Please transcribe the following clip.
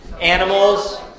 animals